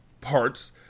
parts